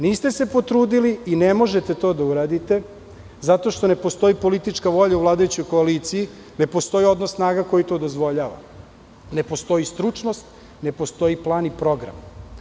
Niste se potrudili i ne možete to da uradite zato što ne postoji politička volja u vladajućoj koaliciji, ne postoji odnos snaga koji to dozvoljava, ne postoji stručnost, ne postoji plan i program.